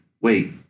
wait